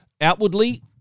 outwardly